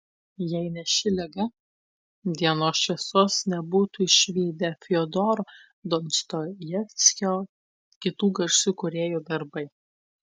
jei ne ši liga dienos šviesos nebūtų išvydę fiodoro dostojevskio kitų garsių kūrėjų darbai